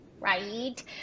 Right